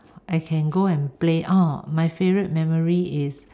I can go and play oh my favourite memory is